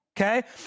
Okay